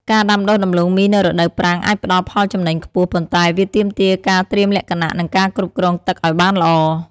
ការដាំដុះដំឡូងមីនៅរដូវប្រាំងអាចផ្តល់ផលចំណេញខ្ពស់ ប៉ុន្តែវាទាមទារការត្រៀមលក្ខណៈ និងការគ្រប់គ្រងទឹកឱ្យបានល្អ។